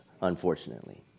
unfortunately